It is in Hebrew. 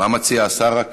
מה מציע השר?